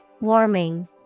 Warming